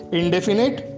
indefinite